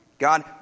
God